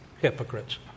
hypocrites